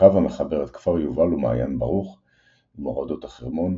קו המחבר את כפר יובל ומעיין ברוך עם מורדות החרמון,